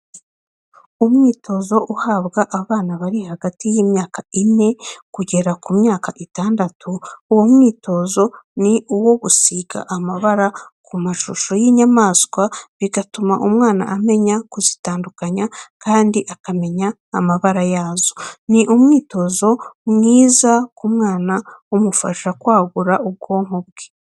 Umwitozo uhabwa abana bari hagati y'imyaka ine kugera ku myaka itandatu, uwo mwitozi ni uwogusiga amabara ku mashusho y'inyamaswa, bigatuma umwana amenya kuzitandukanya kandi akamenya n'amabara yazo. ni umwitozo mwiza ku mwana umufasha kwagura ubwonko bwe.